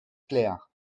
clair